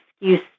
excuse